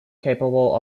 capable